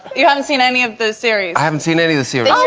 you haven't seen any of this series i haven't seen any of the series